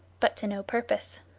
but to no purpose.